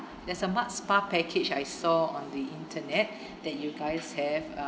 there's a mud spa package I saw on the internet that you guys have uh